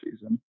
season